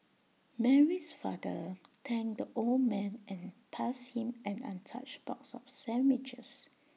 Mary's father thanked the old man and passed him an untouched box of sandwiches